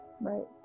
right